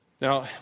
Now